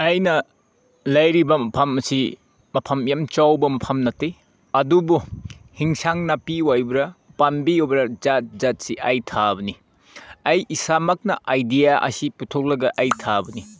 ꯑꯩꯅ ꯂꯩꯔꯤꯕ ꯃꯐꯝ ꯑꯁꯤ ꯃꯐꯝ ꯌꯥꯝ ꯆꯥꯎꯕ ꯃꯐꯝ ꯅꯠꯇꯦ ꯑꯗꯨꯕꯨ ꯑꯦꯟꯁꯥꯡ ꯅꯥꯄꯤ ꯑꯣꯏꯕ꯭ꯔꯥ ꯄꯥꯝꯕꯤ ꯑꯣꯏꯕ꯭ꯔꯥ ꯖꯥꯠ ꯖꯥꯠꯁꯤ ꯑꯩ ꯊꯥꯕꯅꯤ ꯑꯩ ꯏꯁꯥꯃꯛꯅ ꯑꯥꯏꯗꯤꯌꯥ ꯑꯁꯤ ꯄꯨꯊꯣꯛꯂꯒ ꯑꯩ ꯊꯥꯕꯅꯤ